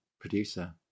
producer